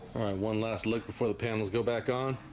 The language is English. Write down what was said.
one last look before the panel's go back on